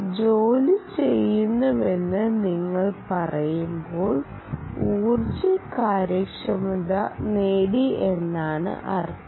ജോലി ചെയ്തുവെന്ന് നിങ്ങൾ പറയുമ്പോൾ ഊർജ്ജ കാര്യക്ഷമത നേടി എന്നാണ് അർത്ഥം